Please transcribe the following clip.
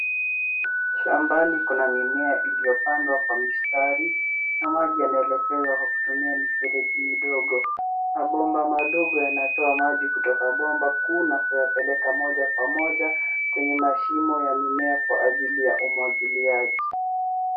Shambani kuna mimea iliyopandwa kwa mistari na maji yanaelekezwa kwa kutumia mifereji midogo. Mabomba madogo yanatoa maji kutoka bomba kuu na kuyawapeleka moja kwa moja kwenye mashimo ya mimea kwa ajili ya umwagiliaji.